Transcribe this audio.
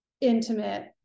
intimate